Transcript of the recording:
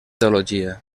teologia